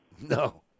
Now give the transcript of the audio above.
no